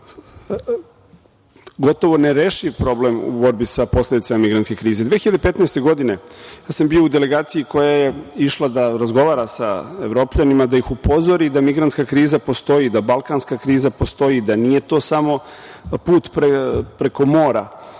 gotovo nerešiv problem u borbi sa posledicama migrantske krize. Godine 2015. sam bio u delegaciji koja je išla da razgovara sa Evropljanima, da ih upozori da migrantska kriza postoji, da balkanska kriza postoji, da nije to samo put preko mora.